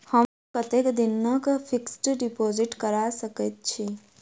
हम कतेक दिनक फिक्स्ड डिपोजिट करा सकैत छी?